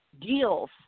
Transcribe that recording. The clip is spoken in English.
deals